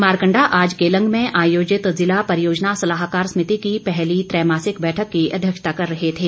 मारकंडा आज केलंग में आयोजित ज़िला परियोजना सलाहकार समिति की पहली त्रैमासिक बैठक की अध्यक्षता कर रहे थे